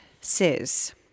says –